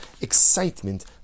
excitement